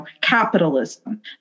capitalism